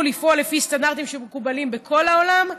לפעול לפי סטנדרטים שמקובלים בכל העולם,